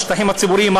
השטחים הציבוריים,